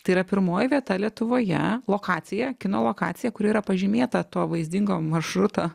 tai yra pirmoji vieta lietuvoje lokacija kino lokacija kuri yra pažymėta to vaizdingo maršruto